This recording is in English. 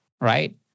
right